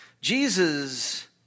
Jesus